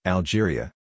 Algeria